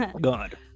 god